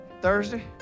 Thursday